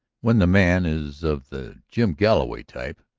when the man is of the jim galloway type,